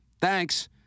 thanks